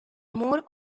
more